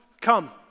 Come